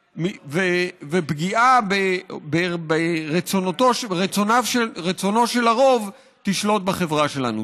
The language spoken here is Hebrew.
ופגיעה ברצונו של הרוב תשלוט בחברה שלנו.